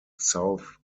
south